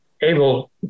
able